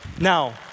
Now